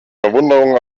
verwunderung